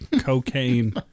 cocaine